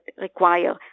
require